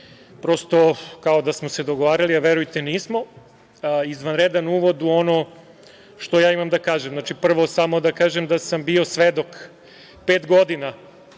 prosto kao da smo se dogovarali, a verujte nismo, izvanredan uvod u ono što ja imam da kažem. Prvo, samo da kažem da sam bio svedok pet godina,